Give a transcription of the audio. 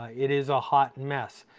ah it is a hot mess.